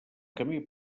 camí